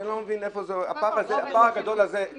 אני לא מבין הפער הגדול הזה --- קרן,